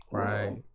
right